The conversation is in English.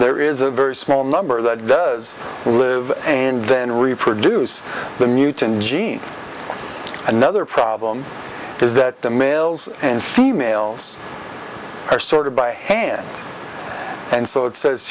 there is a very small number that does live and then reproduce the mutant gene another problem is that the males and females are sort of by hand and so it says